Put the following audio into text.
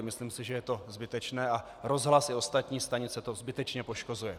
Myslím si, že je to zbytečné a rozhlas i ostatní stanice to zbytečně poškozuje.